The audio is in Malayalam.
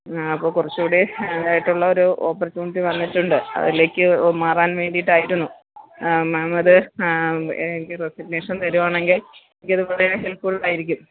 അപ്പോള് കുറച്ചുകൂടീ ഇതായിട്ടുള്ള ഒരു ഓപ്പര്ച്യൂണിറ്റി വന്നിട്ടുണ്ട് അതിലേക്കു മാറാന് വേണ്ടിയിട്ടായിരുന്നു മാം അത് എനിക്ക് റെസിഗ്നേഷന് തരുവാണെങ്കില് എനിക്കത് വളരെ ഹെല്പ്ഫുള്ളായിരിക്കും